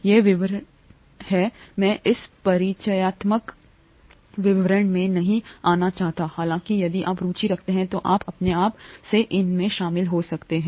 ये विवरण हैं मैं इस परिचयात्मक विवरण में नहीं आना चाहता हालांकि यदि आप रुचि रखते हैं तो आप अपने आप से इन में शामिल हो सकते हैं